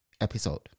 episode